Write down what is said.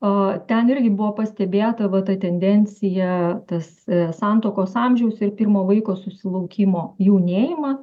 o ten irgi buvo pastebėta va tendencija tas santuokos amžiaus ir pirmo vaiko susilaukimo jaunėjimą